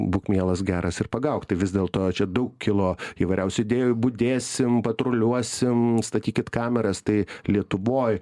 būk mielas geras ir pagauk tai vis dėl to čia daug kilo įvairiausių idėjų budėsim patruliuosim statykit kameras tai lietuvoj